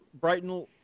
Brighton